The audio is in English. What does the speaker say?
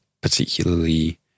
particularly